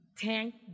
Tank